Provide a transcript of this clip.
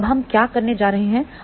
तो अब हम क्या करने जा रहे हैं